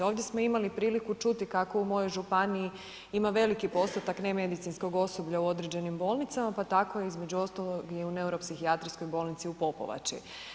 Ovdje smo imali priliku čuti kako u mojoj županiji ima veliki postotak nemedicinskog osoblja u određenim bolnicama pa tako između ostalog i u Neuropsihijatrijskoj bolnici u Popovači.